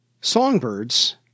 Songbirds